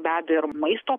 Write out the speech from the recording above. be abejo ir maisto